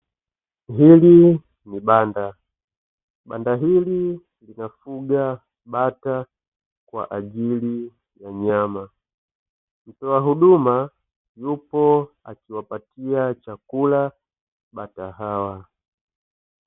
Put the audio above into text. Hili ni banda, banda hili linafuga bata kwa ajili ya nyama. Mtoa huduma yupo akiwapatia chakula bata hawa.